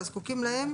והזקוקים להם,